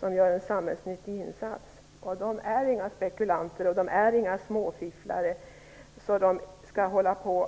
som gör en samhällsnyttig insats - en enda gång. Företagare är inga spekulanter, de är inga småfifflare, som missbrukar regler.